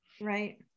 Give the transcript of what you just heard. right